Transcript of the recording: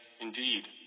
Indeed